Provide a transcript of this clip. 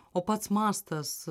o pats mastas